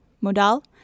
Modal